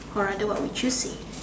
or rather what would you say